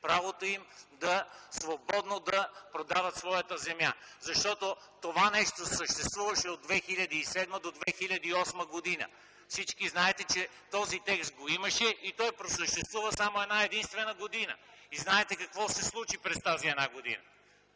Правото им свободно да продават своята земя! Това нещо съществуваше от 2007 до 2008 г. Всички знаете, че този текст го имаше и той просъществува само една-единствена година. Знаете какво се случи през тази една година.